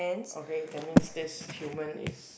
okay that means this human is